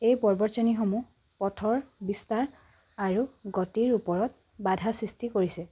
এই পৰ্বতশ্ৰেণীসমূহ পথৰ বিস্তাৰ আৰু গতিৰ ওপৰত বাধা সৃষ্টি কৰিছে